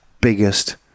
biggest